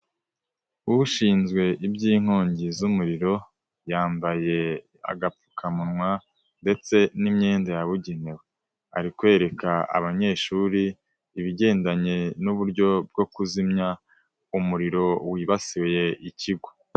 Ushinzwe iby'inkongi z'umuriro, yambaye agapfukamunwa ndetse n'imyenda yabugenewe. Ari kwereka abanyeshuri, ibigendanye n'uburyo bwo kuzimya umuriro wibasiye ikigo.